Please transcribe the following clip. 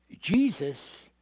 Jesus